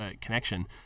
connection